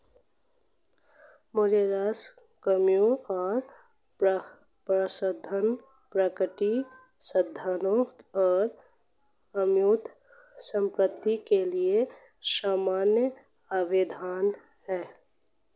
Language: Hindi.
मूल्यह्रास कमी और परिशोधन प्राकृतिक संसाधनों और अमूर्त संपत्ति के लिए समान अवधारणाएं हैं